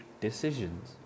decisions